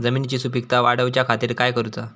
जमिनीची सुपीकता वाढवच्या खातीर काय करूचा?